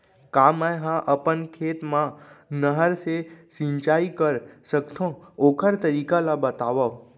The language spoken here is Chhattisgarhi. का मै ह अपन खेत मा नहर से सिंचाई कर सकथो, ओखर तरीका ला बतावव?